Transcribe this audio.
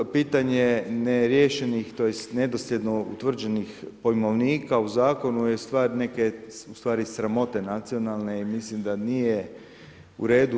Pitanje neriješenih tj. nedosljedno utvrđenih pojmovnika u zakonu je stvar neke u stvari sramote nacionalne i mislim da nije u redu.